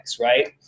right